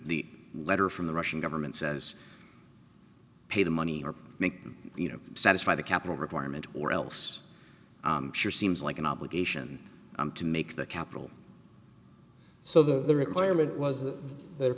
the letter from the russian government says pay the money or make you know satisfy the capital requirement or else sure seems like an obligation to make the capital so the requirement was th